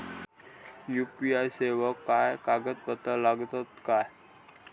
UPI सेवाक काय कागदपत्र लागतत काय?